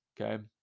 okay